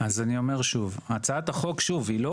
אז אני אומר שוב, הצעת החוק היא לא